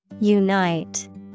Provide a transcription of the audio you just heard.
Unite